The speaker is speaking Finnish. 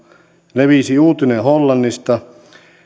levisi uutinen hollannista